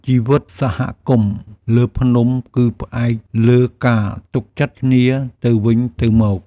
ជីវិតសហគមន៍លើភ្នំគឺផ្អែកលើការទុកចិត្តគ្នាទៅវិញទៅមក។